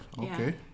okay